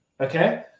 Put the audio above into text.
okay